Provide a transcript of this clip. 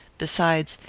besides,